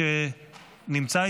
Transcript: אני קובע כי הצעת חוק למניעת